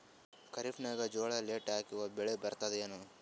ಖರೀಫ್ ನಾಗ ಜೋಳ ಲೇಟ್ ಹಾಕಿವ ಬೆಳೆ ಬರತದ ಏನು?